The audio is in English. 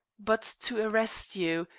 but to arrest you,